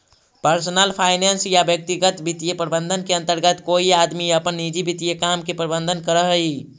personal finance या व्यक्तिगत वित्तीय प्रबंधन के अंतर्गत कोई आदमी अपन निजी वित्तीय काम के प्रबंधन करऽ हई